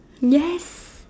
yes